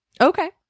Okay